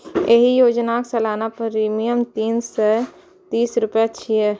एहि योजनाक सालाना प्रीमियम तीन सय तीस रुपैया छै